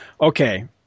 Okay